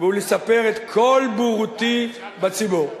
לספר את כל בורותי בציבור.